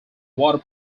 water